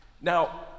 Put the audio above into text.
Now